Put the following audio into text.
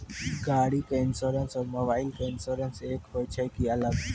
गाड़ी के इंश्योरेंस और मोबाइल के इंश्योरेंस एक होय छै कि अलग?